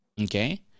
Okay